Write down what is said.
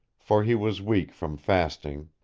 for he was weak from fasting,